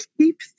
keep